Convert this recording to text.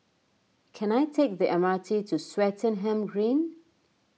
can I take the M R T to Swettenham Green